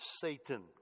Satan